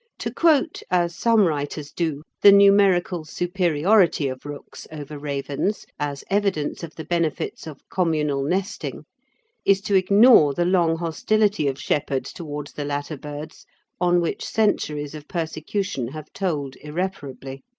to quote, as some writers do, the numerical superiority of rooks over ravens as evidence of the benefits of communal nesting is to ignore the long hostility of shepherds towards the latter birds on which centuries of persecution have told irreparably.